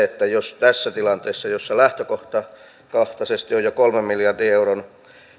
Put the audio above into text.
jos tässä tilanteessa jossa lähtökohtakohtaisesti on jo kolmen miljardin euron